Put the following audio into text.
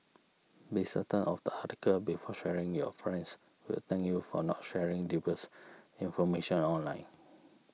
be certain of the article before sharing your friends will thank you for not sharing dubious information online